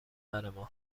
قهرمان